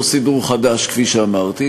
לא סידור חדש כפי שאמרתי,